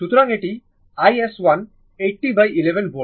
সুতরাং এটি iS1 8011 volt